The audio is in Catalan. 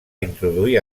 introduir